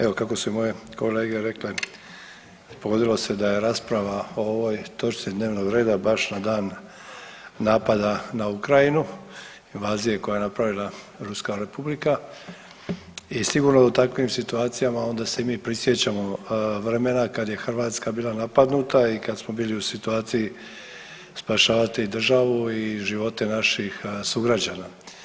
Evo kako su moje kolege rekle pogodilo se da je rasprava o ovoj točci dnevnog reda baš na dan napada na Ukrajinu, invazije koju je napravila Ruska Republika i sigurno da u takvim situacijama onda se i mi prisjećamo vremena kada je Hrvatska bila napadnuta i kad smo bili u situaciji spašavati državu i živote naših sugrađana.